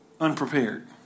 unprepared